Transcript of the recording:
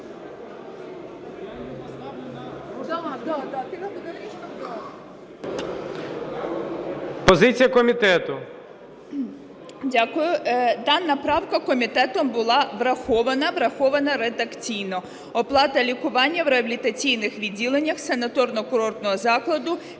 Дякую. Дана правка комітетом була врахована, врахована редакційно. Оплата лікування в реабілітаційних відділеннях санаторно-курортного закладу